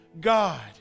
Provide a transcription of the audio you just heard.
God